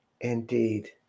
Indeed